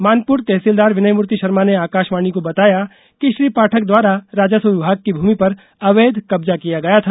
मानपुर तहसीलदार विनयमुर्ती शर्मा ने आकाशवाणी को बताया कि श्री पाठक द्वारा राजस्व विभाग की भूमि पर ँ अवैध कब्जा किया गया था